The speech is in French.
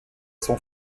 son